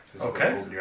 Okay